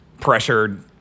pressured